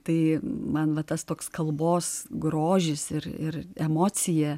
tai man va tas toks kalbos grožis ir ir emocija